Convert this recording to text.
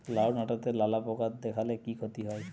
লাউ ডাটাতে লালা পোকা দেখালে কি ক্ষতি হয়?